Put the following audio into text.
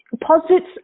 posits